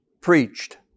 preached